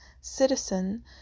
citizen